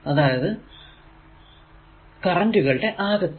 അതായതു ക റന്റുകളുടെ അകെ തുക